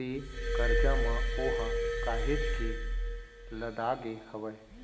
ते करजा म ओहा काहेच के लदागे हवय